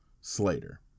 Slater